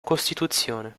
costituzione